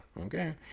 Okay